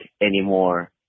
anymore